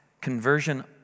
conversion